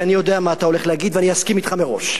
כי אני יודע מה אתה הולך להגיד ואני אסכים אתך מראש,